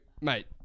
mate